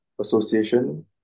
association